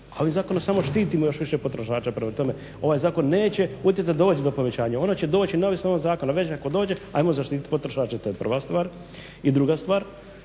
Ali zakonom samo štitimo još više potrošača. Prema tome, ovaj zakon neće utjecati, dolazi do povećanja, ona će doći neovisno o ovom zakonu. Već ako dođe, ajmo zaštiti potrošača to je prva stvar. I druga stvar,